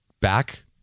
back